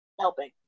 helping